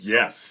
Yes